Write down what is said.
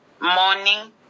morning